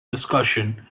discussion